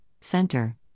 Center